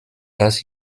das